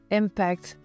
impact